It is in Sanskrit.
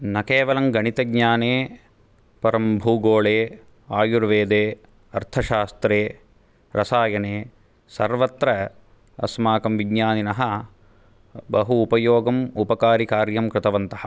न केवलं गणितज्ञाने परं भूगोले आयुर्वेदे अर्थशास्त्रे रसायने सर्वत्र अस्माकं विज्ञानिनः बहु उपयोगम् उपकारी कार्यं कृतवन्तः